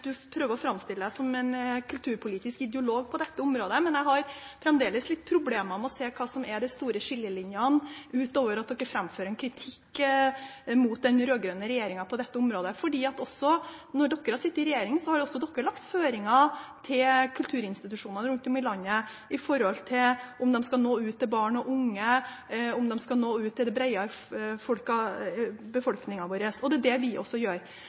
du prøver å framstille deg som en kulturpolitisk ideolog på dette området, men jeg har fremdeles litt problemer med å se hva som er de store skillelinjene utover at dere framfører en kritikk mot den rød-grønne regjeringen på dette området. For når dere har sittet i regjering, har også dere lagt føringer for kulturinstitusjonene rundt om i landet knyttet til om de skal nå ut til barn og unge eller om de skal nå ut til det brede lag av befolkningen. Og det er det vi også gjør.